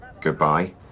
Goodbye